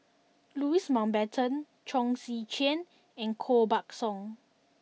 Louis Mountbatten Chong Tze Chien and Koh Buck Song